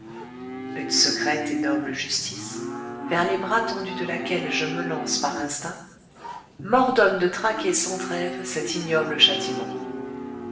une secrète et noble justice vers les bras tendus de laquelle je me lance par instinct m'ordonne de traquer sans trêve cet ignoble châtiment